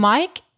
Mike